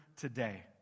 today